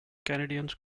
canadians